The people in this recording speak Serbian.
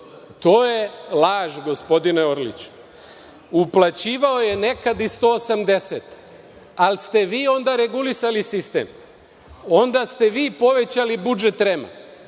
To je laž gospodine Orliću. Uplaćivao je nekad i 180, ali ste vi onda regulisali sistem, onda ste vi povećali budžet REM-a,